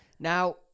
Now